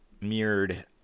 mirrored